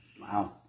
Wow